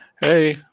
hey